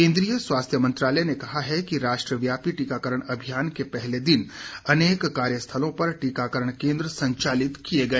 केंद्रीय स्वास्थ्य मंत्रालय ने कहा कि राष्ट्रव्यापी टीकाकरण अभियान के पहले दिन अनेक कार्यस्थलों पर टीकाकरण केंद्र संचालित किए गए